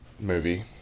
movie